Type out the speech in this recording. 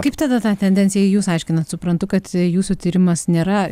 kaip tada tą tendenciją jūs aiškinat suprantu kad jūsų tyrimas nėra